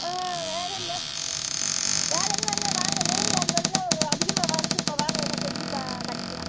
ஆ வேலை இல்லை வேலை இல்லைன்னா வாங்க நூறு நாள் வேலைலாம் அதிகமாக வருது இப்போ வாங்க வேணால் செஞ்சு தா கட்டிக்கலாம்